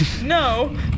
No